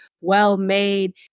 well-made